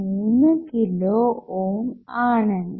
3 kilo ohm ആണെന്ന്